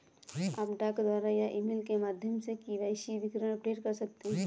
आप डाक द्वारा या ईमेल के माध्यम से के.वाई.सी विवरण अपडेट कर सकते हैं